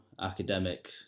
academic